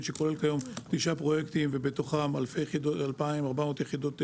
שפועל כיום בתשעה פרויקטים ובתוכם 2,400 יחידות דיור.